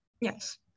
Yes